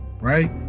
right